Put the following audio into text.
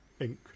Inc